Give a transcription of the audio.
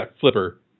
flipper